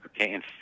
Okay